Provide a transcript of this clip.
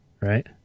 Right